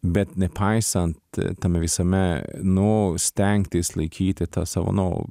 bet nepaisant tame visame nu stengtis laikyti tą savo nu